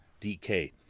DK